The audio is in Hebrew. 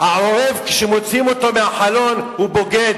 העורב, כשמוציאים אותו מהחלון הוא בוגד.